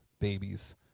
babies